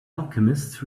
alchemist